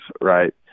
right